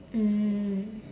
mm